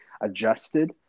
adjusted